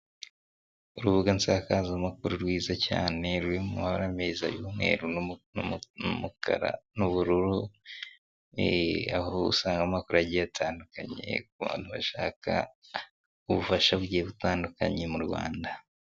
Urubuga nsakazamakuru rwiza cyane, ruri mu mabara y'umweru n'ubururu, aho usanga amakuru agiye atandukanye ku bantu bashaka ubufasha bugiye bitandukanye mu Rwanda.